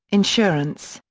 insurance,